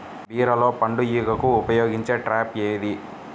బీరలో పండు ఈగకు ఉపయోగించే ట్రాప్ ఏది?